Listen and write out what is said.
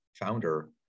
founder